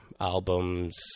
albums